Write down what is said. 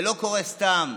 זה לא קורה סתם.